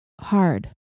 hard